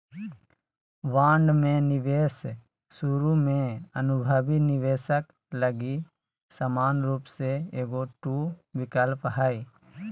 bond में निवेश शुरु में अनुभवी निवेशक लगी समान रूप से एगो टू विकल्प हइ